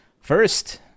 First